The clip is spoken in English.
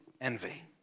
envy